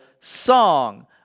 song